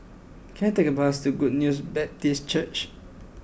can I take a bus to Good News Baptist Church